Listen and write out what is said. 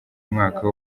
umwaka